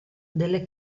delle